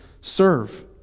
serve